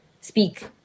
speak